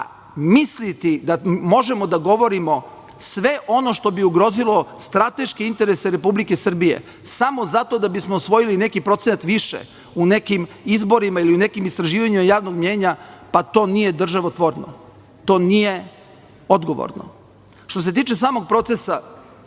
misliti da možemo da govorimo sve ono što bi ugrozilo strateške interese Republike Srbije samo zato da bismo osvojili neki procenat više u nekim izborima ili u nekim istraživanjima javnog mnjenja, to nije državotvorno, to nije odgovorno. Što se tiče samog procesa,